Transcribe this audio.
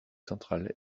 centrale